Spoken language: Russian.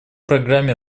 программе